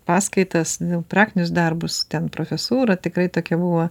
paskaitas praktinius darbus ten profesūra tikrai tokia buvo